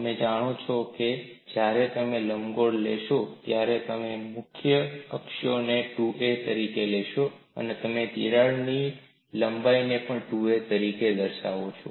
તમે જાણો છો કે જ્યારે તમે લંબગોળ લેશો ત્યારે તમે મુખ્ય અક્ષોને 2a તરીકે લેશો અને તમે તિરાડની લંબાઈને પણ 2a તરિકે દર્શવો છો